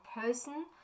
person